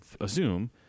assume